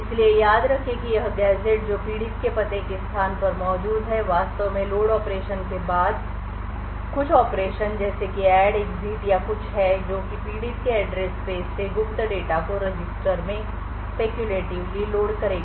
इसलिए याद रखें कि यह गैजेट जो पीड़ित के पते के स्थान पर मौजूद है वास्तव में लोड ऑपरेशन के बाद कुछ ऑपरेशन जैसे कि ऐड एक्जिट addexit या कुछ है जो कि पीड़ित के एड्रेस स्पेस से गुप्त डेटा को रजिस्टर में स्पेक्युलेटिव ली लोड करेगा